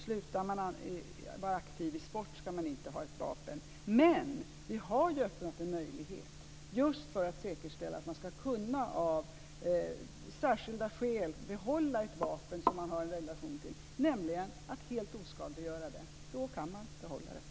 Slutar man vara aktiv i sport ska man inte ha ett vapen. Vi har ju öppnat en möjlighet just för att säkerställa att man av särskilda skäl ska kunna behålla ett vapen som man har en relation till, nämligen att helt oskadliggöra det. Då kan man behålla det.